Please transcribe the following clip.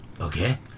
Okay